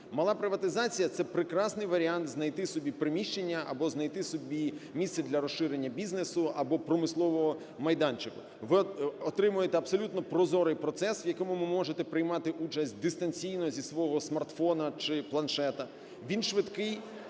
мала приватизація – це прекрасний варіант знайти собі приміщення або знайти собі місце для розширення бізнесу або промислового майданчику. Ви отримуєте абсолютно прозорий процес, в якому ви можете приймати участь дистанційно зі свогосмартфону чи планшета. Він швидкий,